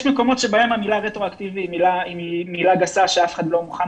יש מקומות שבהם המילה רטרואקטיבי היא מילה גסה שאף אחד לא מוכן